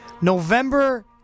November